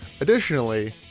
Additionally